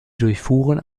durchfuhren